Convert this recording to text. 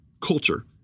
culture